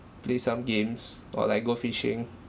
play some games or like go fishing